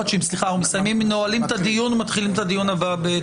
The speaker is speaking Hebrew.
נועלים את הדיון ומתחילים את הדיון הבא הבוקר